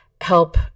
help